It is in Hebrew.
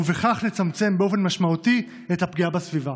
ובכך נצמצם באופן משמעותי את הפגיעה בסביבה.